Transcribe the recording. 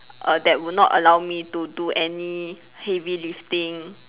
uh that will not allow me to do any heavy lifting